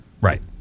Right